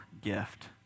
gift